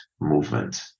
movement